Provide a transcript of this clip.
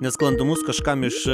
nesklandumus kažkam iš